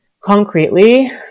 Concretely